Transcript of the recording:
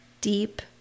deep